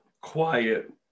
quiet